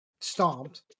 stomped